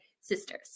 sisters